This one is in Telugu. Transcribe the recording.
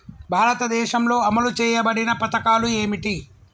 భారతదేశంలో అమలు చేయబడిన పథకాలు ఏమిటి?